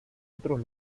otros